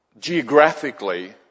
geographically